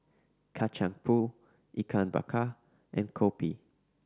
Kacang Pool Ikan Bakar and kopi